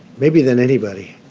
maybe than anybody.